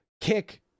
kick